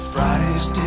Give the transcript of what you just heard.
Friday's